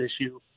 issue